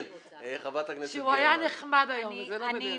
שהוא היה נחמד היום, וזה לא בדרך כלל.